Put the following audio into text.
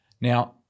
Now